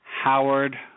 Howard